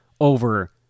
over